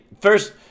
first